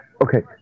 Okay